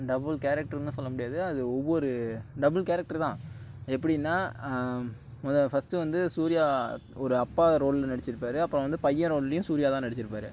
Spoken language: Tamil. டபுள் கேரக்டர்னு சொல்ல முடியாது அது ஒவ்வொரு டபுள் கேரக்டர்தான் எப்படின்னா ஃபர்ஸ்ட் வந்து சூர்யா ஒரு அப்பா ரோலில் நடித்திருப்பாரு அப்புறம் வந்து பையன் ரோல்லேயும் சூர்யாதான் நடித்திருப்பாரு